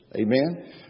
Amen